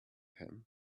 him